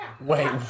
Wait